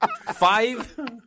Five